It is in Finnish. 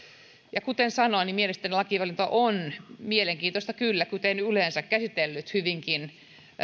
ja kuten sanoin mielestäni lakivaliokunta on mielenkiintoista kyllä kuten yleensä käsitellyt esitystä hyvinkin